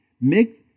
Make